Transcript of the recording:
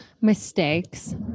mistakes